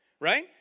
right